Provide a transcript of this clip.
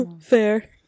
fair